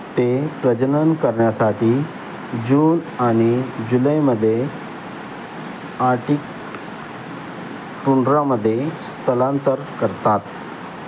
ते प्रजनन करण्यासाठी जून आणि जुलैमध्ये आर्टिक टुंड्रामध्ये स्थलांतर करतात